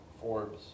Forbes